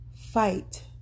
fight